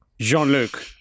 Jean-Luc